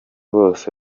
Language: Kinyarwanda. bose